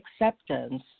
acceptance